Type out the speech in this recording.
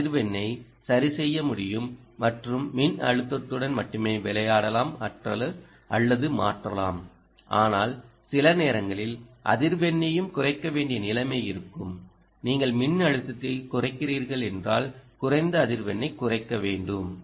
நீங்கள் அதிர்வெண்ணை சரிசெய்ய முடியும் மற்றும் மின்னழுத்தத்துடன் மட்டுமே விளையாடலாம் அல்லது மாற்றலாம் ஆனால் சில நேரங்களில் அதிர்வெண்ணையும் குறைக்க வேண்டிய நிலைமை இருக்கும் நீங்கள் மின்னழுத்தத்தைக் குறைக்கிறீர்கள் என்றால் குறைந்த அதிர்வெண்ணைக் குறைக்க வேண்டும்